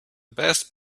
best